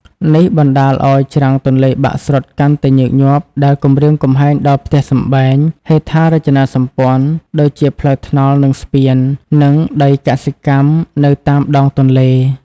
នេះបណ្តាលឱ្យច្រាំងទន្លេបាក់ស្រុតកាន់តែញឹកញាប់ ដែលគំរាមកំហែងដល់ផ្ទះសម្បែង ហេដ្ឋារចនាសម្ព័ន្ធ ដូចជាផ្លូវថ្នល់ និងស្ពាន និងដីកសិកម្មនៅតាមដងទន្លេ។